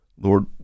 Lord